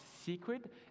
secret